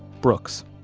brooks